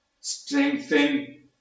strengthen